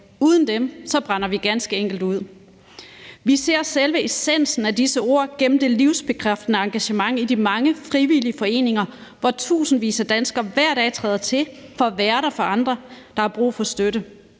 Uden dem brænder vi ganske enkelt ud. Vi ser selve essensen af disse ord gennem det livsbekræftende engagement i de mange frivillige foreninger, hvor tusindvis af danskere hver dag træder til for at være der for andre, der har brug for støtte